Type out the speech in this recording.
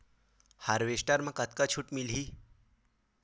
Harvester म कतका छूट मिलही?